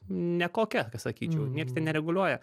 nekokia sakyčiau nieks ten nereguliuoja